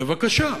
בבקשה.